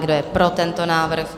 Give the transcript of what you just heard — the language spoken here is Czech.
Kdo je pro tento návrh?